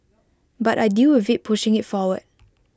but I deal with IT pushing IT forward